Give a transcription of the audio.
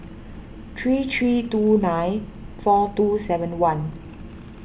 three three two nine four two seven one